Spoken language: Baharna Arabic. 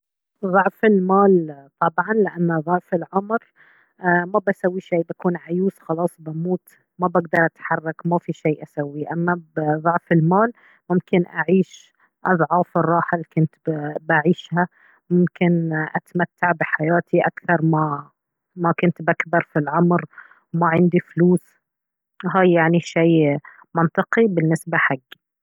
ضعف المال طبعا لأنه ضعف العمر ايه ما بسوي شي بكون عيوز خلاص بموت ما بقدر أتحرك ما في شي أسويه أما بضعف المال ممكن أعيش أضعاف الراحة الي كنت بعيشها ممكن أتمتع بحياتي أكثر ما كنت بكبر في العمر وما عندي فلوس هاي يعني شي منطقي بالنسبة حقي